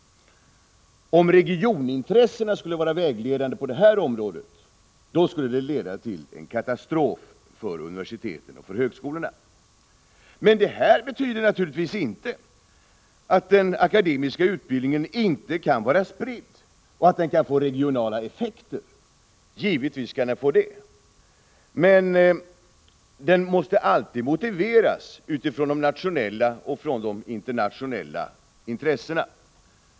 Om regionintressena skulle vara vägledande på det här området, skulle det leda till en katastrof för universiteten och högskolorna. Men detta betyder naturligtvis inte att den akademiska utbildningen inte kan vara spridd och att den inte kan få regionala effekter. Givetvis kan den få det! Men den måste alltid motiveras utifrån de nationella och de internationella intressena.